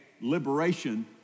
liberation